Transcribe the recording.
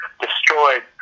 destroyed